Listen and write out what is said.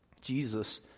Jesus